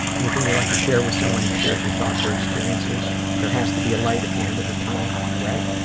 anything you'd like to share with someone who shares your thoughts or experiences? there has to be a light at the end of the tunnel, right?